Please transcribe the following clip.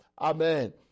Amen